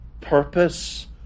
purpose